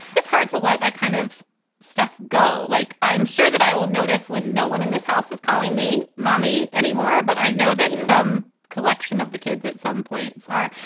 it's hard to let that kind of stuff go. like, i'm sure that i will notice when no one in this house is calling me mommy anymore. but i know that some collection of the kids at some points are.